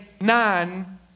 nine